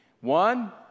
One